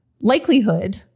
likelihood